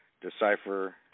decipher